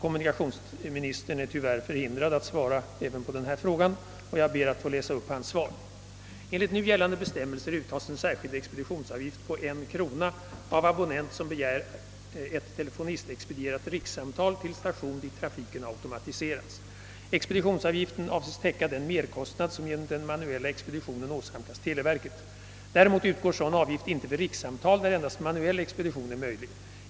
Kommunikationsministern är förhindrad att svara även på denna fråga, och jag ber att få läsa upp hans svar. Enligt nu gällande bestämmelser uttas en särskild expeditionsavgift på en krona av abonnent, som begär ett telefonistexpedierat rikssamtal till station dit trafiken automatiserats. Expeditionsavgiften avses täcka den merkostnad, som genom den manuella expeditionen åsamkas televerket. Däremot utgår sådan avgift inte vid rikssamtal, där endast manuell expedition är möjlig.